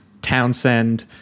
Townsend